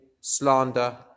slander